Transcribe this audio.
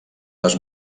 les